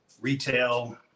retail